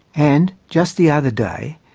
and, just the other day,